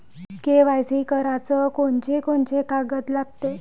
KYC कराच कोनचे कोनचे कागद लागते?